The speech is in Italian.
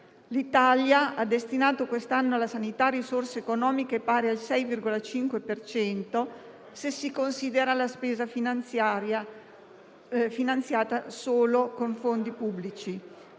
L'Italia ha destinato quest'anno alla sanità risorse economiche pari al 6,5 per cento, se si considera la spesa finanziata solo con fondi pubblici